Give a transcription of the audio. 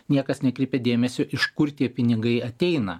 niekas nekreipia dėmesio iš kur tie pinigai ateina